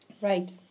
Right